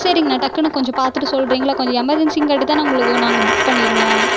சரிங்ணா டக்குனு கொஞ்சம் பார்த்துட்டு சொல்றீங்களா கொஞ்சம் எமெர்ஜென்ஸிங்காட்டுதான் நான் உங்களுக்கு நாங்கள் புக் பண்ணியிருந்தோம்